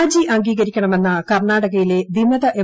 രാജി അംഗീകരിക്കണമെന്ന കർണാടകയിലെ വിമത എം